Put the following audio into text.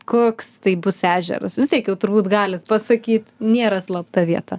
koks tai bus ežeras vis tiek jau turbūt galit pasakyt nėra slapta vieta